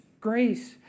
grace